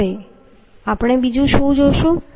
હવે આપણે બીજુ જોશું